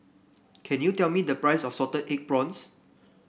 can you tell me the price of Salted Egg Prawns